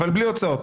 אבל בלי הוצאות.